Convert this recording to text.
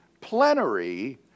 plenary